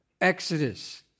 Exodus